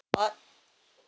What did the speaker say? part